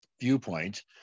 viewpoint